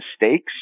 mistakes